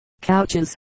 Couches